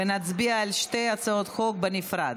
ונצביע על שתי הצעות החוק בנפרד.